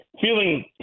feeling